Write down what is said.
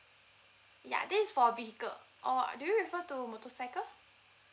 ya this is for vehicle or do you refer to motorcycle